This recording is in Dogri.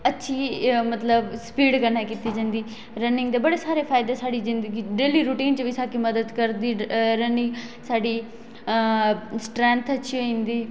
अच्छी मतलब स्पीड कन्नै कीती जंदी रनिंग दे बडे़ सारे फायदे साढ़ी जिंदगी च डेली रुटीन च बी मदद करदी रनिंग साढ़ी स्ट्रैथं अच्छी होई जंदी